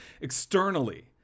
Externally